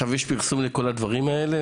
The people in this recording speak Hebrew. פרסום לכל הדברים האלה?